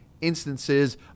instances